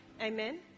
Amen